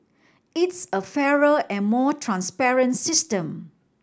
it's a fairer and more transparent system